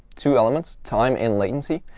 two elements time and latency.